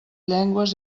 llengües